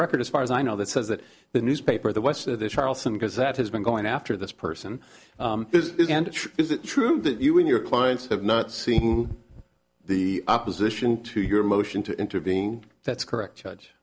record as far as i know that says that the newspaper the west or the charleston because that has been going after this person and is it true that you and your clients have not seen the opposition to your motion to intervening that's correct